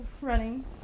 running